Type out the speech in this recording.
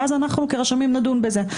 ואז אנחנו כרשמים נדון בזה.